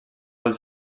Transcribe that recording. els